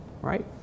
right